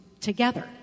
together